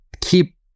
keep